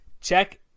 Check